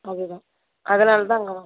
அவ்வளோ தான் அதனால் தான் அங்கே வாங்குறோம்